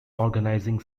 organizing